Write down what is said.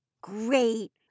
Great